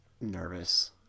nervous